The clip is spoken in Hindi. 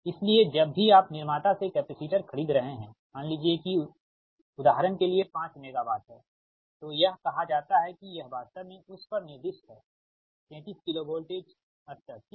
इसलिए जब भी आप निर्माता से कैपेसिटर ख़रीद रहे हैं मान लीजिए कि यह उदाहरण के लिए 5 मेगावाट है तो यह कहा जाता है कि यह वास्तव में उस पर निर्दिष्ट है 33 KV वोल्टेज स्तर ठीक